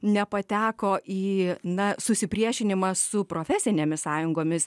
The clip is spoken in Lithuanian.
nepateko į na susipriešinimą su profesinėmis sąjungomis